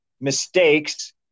mistakes